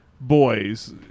boys